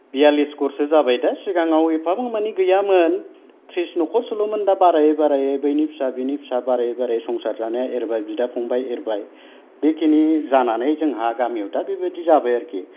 बियाल्लिस न'खरसो जाबायदा सिगाङाव एफाबां मानि गैयामोन थ्रिस न'खरसोल'मोन दा बारायै बारायै बैनि फिसा बिनि फिसा संसार जानाया एरबाय बिदा फंबाइ एरबाय बेखिनि जानानै जोंहा गामियावदा बेबायदि जाबाय आरोखि